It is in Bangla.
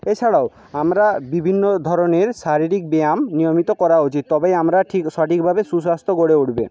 এছাড়াও আমরা বিভিন্ন ধরনের শারীরিক ব্যায়াম নিয়মিত করা উচিত তবেই আমরা ঠিক সঠিকভাবে সুস্বাস্থ্য গড়ে উঠবে